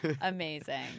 Amazing